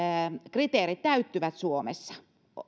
kriteerit täyttyvät suomessa